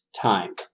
time